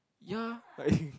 ya